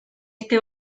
este